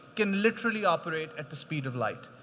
can literally operate at the speed of light.